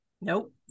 Nope